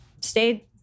stayed